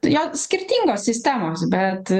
jo skirtingos sistemos bet